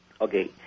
Okay